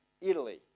Italy